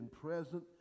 present